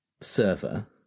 server